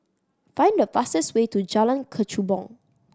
find the fastest way to Jalan Kechubong